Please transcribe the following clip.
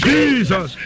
Jesus